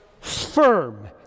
firm